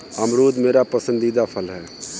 अमरूद मेरा पसंदीदा फल है